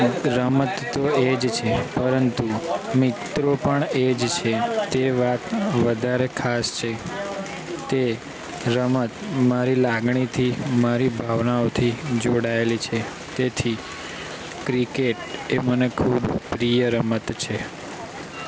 રમત તો એ જ છે પરંતુ મિત્રો પણ એ જ છે તે વાત વધારે ખાસ છે તે રમત મારી લાગણીથી મારી ભાવનાઓથી જોડાયેલી છે તેથી ક્રિકેટ એ મને ખૂબ પ્રિય રમત છે